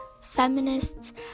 feminists